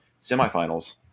semifinals